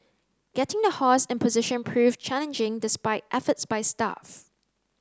getting the horse in position proved challenging despite efforts by staff